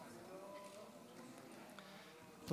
בהחלט.